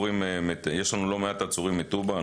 יש לנו לא מעט עצורים מטובא,